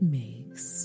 makes